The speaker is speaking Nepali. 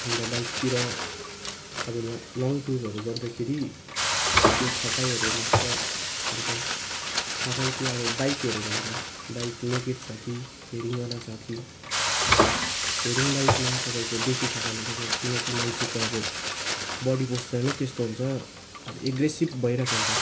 अन्त बाइकतिर अब ल लङ टुरहरू गर्दाखेरि त्यो थकाइहरू लाग्छ भन्छ थकाइ त्यो अब बाइक हेरेर हुन्छ बाइक नेकेट छ कि फेरिङवाला छ कि हो फेरिङ बाइकमा तपाईँको बेसी थकाइ लाग्छ किनकि मान्छेको अब बडी पोस्चर नै त्यस्तो हुन्छ अब एग्रेसिभ भइरहेको हुन्छ